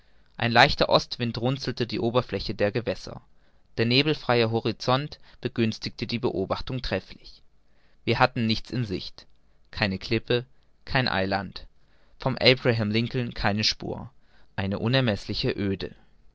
ein leichter ostwind runzelte die oberfläche der gewässer der nebelfreie horizont begünstigte die beobachtungen trefflich wir hatten nichts in sicht keine klippe kein eiland vom abraham lincoln keine spur eine unermeßliche oede